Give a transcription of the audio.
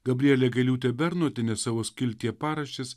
gabrielė gailiūtė bernotienė savo skiltyje paraštės